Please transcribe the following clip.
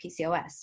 PCOS